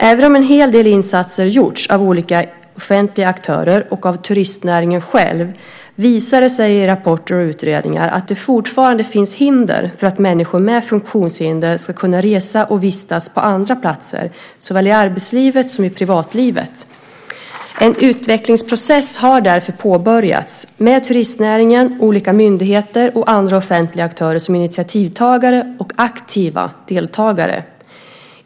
Även om en hel del insatser gjorts av olika offentliga aktörer och av turistnäringen själv, visar det sig i rapporter och utredningar att det fortfarande finns hinder för att människor med funktionshinder ska kunna resa och vistas på andra platser, såväl i arbetslivet som privatlivet. En utvecklingsprocess har därför påbörjats, med turistnäringen, olika myndigheter och andra offentliga aktörer som initiativtagare och aktiva deltagare.